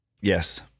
Yes